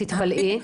תתפלאי,